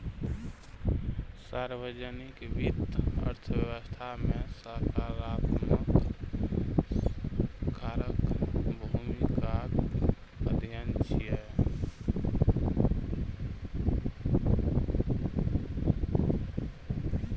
सार्वजनिक वित्त अर्थव्यवस्था मे सरकारक भूमिकाक अध्ययन छियै